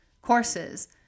courses